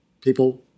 people